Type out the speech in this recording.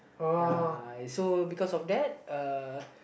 ya so because of that uh